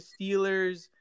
Steelers